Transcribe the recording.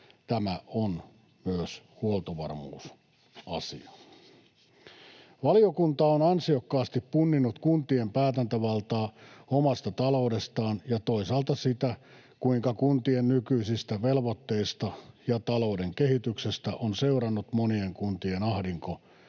Tämä on myös huoltovarmuusasia. Valiokunta on ansiokkaasti punninnut kuntien päätäntävaltaa omasta taloudestaan ja toisaalta sitä, kuinka kuntien nykyisistä velvoitteista ja talouden kehityksestä on seurannut monien kuntien ahdinko,